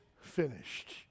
finished